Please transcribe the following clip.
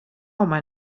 home